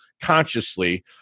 consciously